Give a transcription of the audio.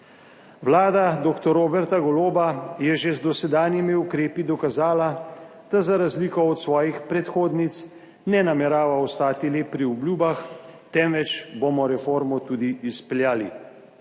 Vlada dr. Roberta Goloba je že z dosedanjimi ukrepi dokazala, da za razliko od svojih predhodnic ne namerava ostati le pri obljubah, temveč bomo reformo tudi izpeljali.